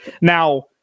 Now